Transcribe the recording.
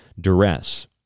duress